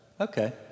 Okay